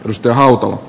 ryöstöauto